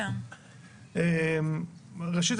ראשית,